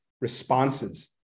responses